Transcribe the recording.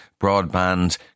broadband